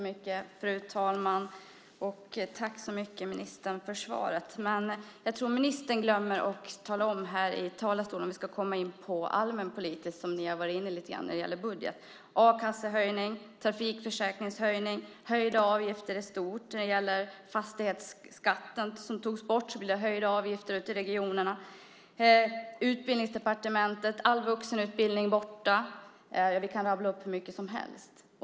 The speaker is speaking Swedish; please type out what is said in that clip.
Fru talman! Tack så mycket för svaret, ministern! Om vi ska komma in på det allmänpolitiska, som ni har varit inne på när det gäller budgeten, tror jag att ministern glömmer att tala om a-kassehöjningen, trafikförsäkringshöjningen och de höjda avgifterna i stort. I och med fastighetsskatten som togs bort blir det höjda avgifter ute i regionerna. När det gäller Utbildningsdepartementet är all vuxenutbildning borta. Vi kan rabbla upp hur mycket som helst.